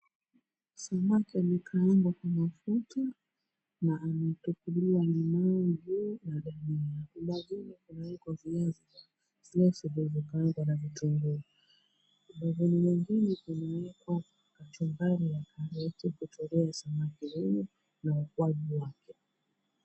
Samaki amekaangwa kwa mafuta na amepakuliwa limau juu na dania. Ubavuni kumeekelewa viazi vimekaangwa na vitunguu. Ubavuni mwingine kumewekwa kachumbari ya karoti kuchorea samaki huyu na ukwaju wake.